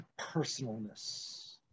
personalness